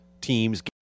team's